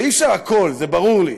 ואי-אפשר הכול, זה ברור לי,